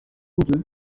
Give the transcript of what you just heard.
deux